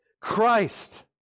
Christ